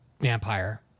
vampire